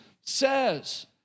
says